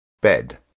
Bed